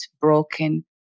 broken